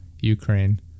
Ukraine